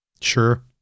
Sure